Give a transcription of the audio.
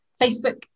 Facebook